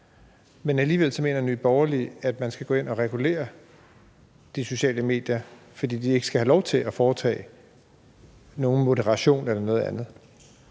men alligevel mener Nye Borgerlige, at man skal gå ind at regulere de sociale medier, fordi de ikke skal have lov til at foretage nogen moderation eller noget andet.